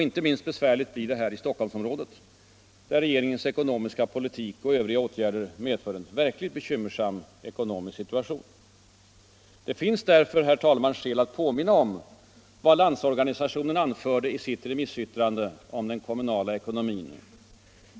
Inte minst besvärligt blir det här i Stockholmsområdet, där regeringens ekonomiska politik och övriga åtgärder medför en verkligt bekymmersam ekonomisk situation. Det finns här skäl att påminna om vad Landsorganisationen anförde i sitt remissyttrande om den kommunala ekonomin.